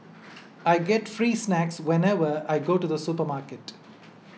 I get free snacks whenever I go to the supermarket